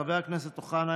חבר הכנסת אוחנה,